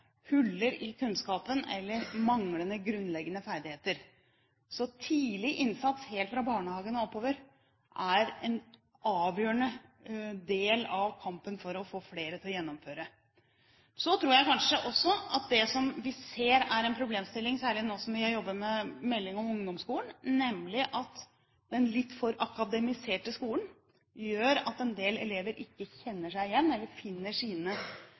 huller i kunnskapen eller manglende grunnleggende ferdigheter. Tidlig innsats helt fra barnehagen og oppover er en avgjørende del av kampen for å få flere til å gjennomføre. Jeg tror også at det som vi ser er en problemstilling, særlig nå som vi jobber med en melding om ungdomsskolen, nemlig at den litt for akademiserte skolen gjør at en del elever ikke kjenner seg igjen eller finner sine